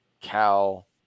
Cal